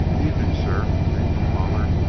evening, sheriff, came from pollard,